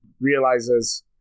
Realizes